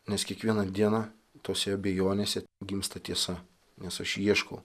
nes kiekvieną dieną tose abejonėse gimsta tiesa nes aš ieškau